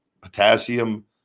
Potassium